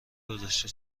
گذشته